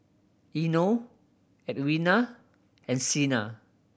Eino Edwina and Sina